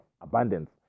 abundance